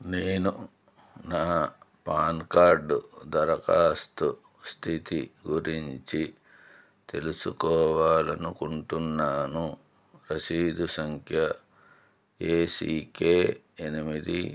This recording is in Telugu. నేను నా పాన్ కార్డు దరఖాస్తు స్థితి గురించి తెలుసుకోవాలి అనుకుంటున్నాను రశీదు సంఖ్య ఏసీకే ఎనిమిది